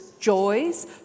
Joys